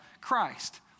Christ